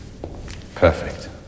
Perfect